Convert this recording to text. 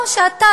או שאתה,